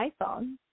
iPhone